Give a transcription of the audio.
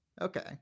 Okay